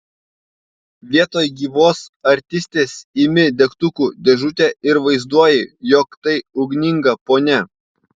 vietoj gyvos artistės imi degtukų dėžutę ir vaizduoji jog tai ugninga ponia